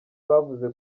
bavuze